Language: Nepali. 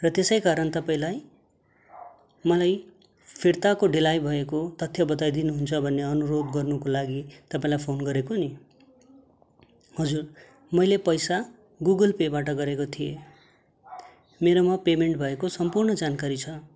र त्यसै कारण तपाईँलाई मलाई फिर्ताको ढिलाइ भएको तथ्य बताइदिनुहुन्छ भन्ने अनुरोध गर्नको लागि तपाईँलाई फोन गरेको नि हजुर मैले पैसा गुगल पेबाट गरेको थिएँ मेरोमा पेमेन्ट भएको सम्पूर्ण जानकारी छ